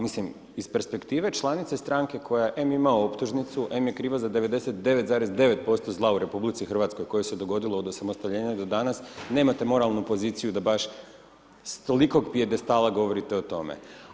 Mislim iz perspektive članice stranke koja, em ima optužnicu, em je kriva za 99,9% zla u RH, koji se dogodilo od osamostaljenja do danas, nemate moralnu poziciju da baš s toliko … govorite o tome.